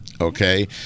okay